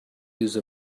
use